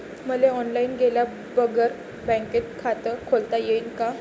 मले ऑनलाईन गेल्या बगर बँकेत खात खोलता येईन का?